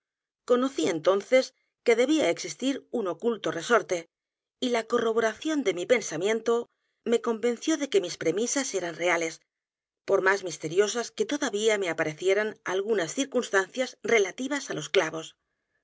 conocí entonces que debía existir un oculto resorte y la corroboración de mi pensamiento me convenció de que mis premisas eran reales por más misteriosas que todavía me aparecieran algunas circuntancias relativas á los clavos